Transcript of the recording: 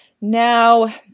Now